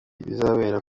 bizabera